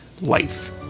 life